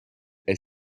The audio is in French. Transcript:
est